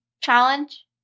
challenge